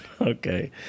okay